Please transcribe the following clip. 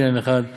קניין אחד,